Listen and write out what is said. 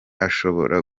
ashobora